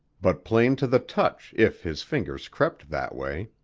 but plain to the touch if his fingers crept that way.